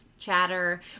chatter